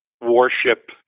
warship